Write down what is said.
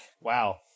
Wow